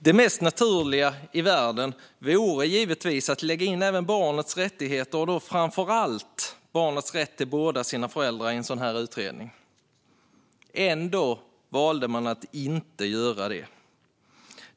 Det mest naturliga i världen vore givetvis att lägga in även barnets rättigheter, och framför allt barnets rätt till båda sina föräldrar, i en utredning. Ändå valde man att inte göra det.